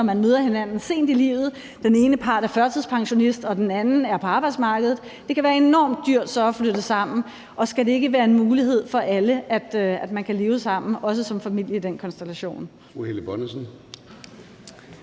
når man møder hinanden sent i livet, den ene part er førtidspensionist, og den anden er på arbejdsmarkedet, og det kan være enormt dyrt så at flytte sammen. Og skal det ikke være en mulighed for alle, at man kan leve sammen også som familie i den konstellation?